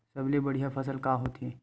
सबले बढ़िया फसल का होथे?